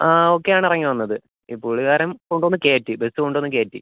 ഒക്കെ ആണ് ഇറങ്ങി വന്നത് ഈ പുള്ളിക്കാരൻ കൊണ്ടുവന്ന് കയറ്റി ബസ്സ് കൊണ്ടുവന്ന് കയറ്റി